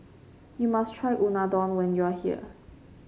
you must try Unadon when you are here